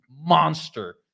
monster